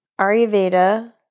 Ayurveda